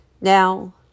Now